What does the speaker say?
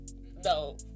No